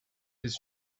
his